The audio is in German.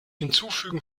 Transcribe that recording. hinzufügen